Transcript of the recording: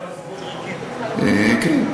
נכון.